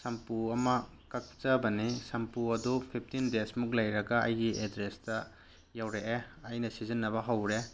ꯁꯝꯄꯨ ꯑꯃ ꯀꯛꯆꯕꯅꯦ ꯁꯝꯄꯨ ꯑꯗꯨ ꯐꯤꯐꯇꯤꯟ ꯗꯦꯁꯃꯨꯛ ꯂꯩꯔꯒ ꯑꯩꯒꯤ ꯑꯦꯗ꯭ꯔꯦꯁꯇ ꯌꯧꯔꯛꯑꯦ ꯑꯩꯅ ꯁꯤꯖꯤꯟꯅꯕ ꯍꯧꯔꯦ